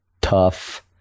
tough